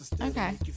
Okay